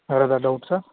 வேறு ஏதா doubt sir